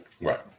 Right